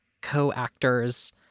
co-actors